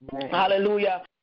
Hallelujah